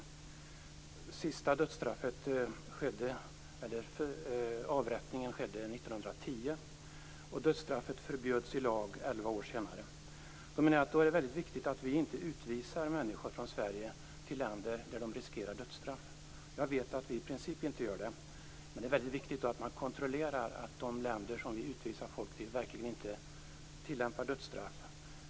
Den sista avrättningen skedde 1910, och dödsstraffet förbjöds i lag elva år senare. Då är det mycket viktigt att vi inte utvisar människor från Sverige till länder där de riskerar dödsstraff. Jag vet att vi i princip inte gör det. Men det är mycket viktigt att man kontrollerar att de länder som vi utvisar folk till verkligen inte tillämpar dödsstraff.